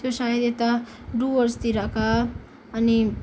त्यो सायद यता डुवर्सतिरका अनि